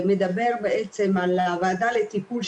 שמדבר בעצם על הוועדה לטיפול,